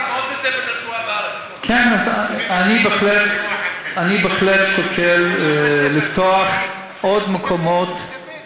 כן, אני בהחלט שוקל לפתוח עוד מקומות